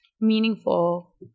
meaningful